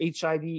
HIV